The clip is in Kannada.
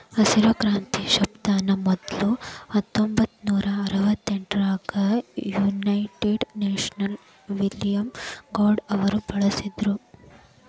ಹಸಿರು ಕ್ರಾಂತಿ ಶಬ್ದಾನ ಮೊದ್ಲ ಹತ್ತೊಂಭತ್ತನೂರಾ ಅರವತ್ತೆಂಟರಾಗ ಯುನೈಟೆಡ್ ಸ್ಟೇಟ್ಸ್ ನ ವಿಲಿಯಂ ಗೌಡ್ ಅವರು ಬಳಸಿದ್ರು